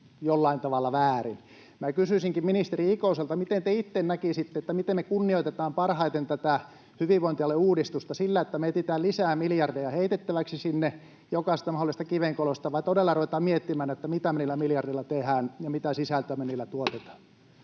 jollain tavalla väärin. Minä kysyisinkin ministeri Ikoselta, miten te itse näkisitte: miten me kunnioitetaan parhaiten tätä hyvinvointialueuudistusta — sillä, että me etsimme lisää miljardeja heitettäväksi sinne jokaisesta mahdollisesta kivenkolosta, vai sillä, että todella ruvetaan miettimään, mitä me niillä miljardeilla tehdään ja mitä sisältöä me niillä tuotetaan?